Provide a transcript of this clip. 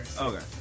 okay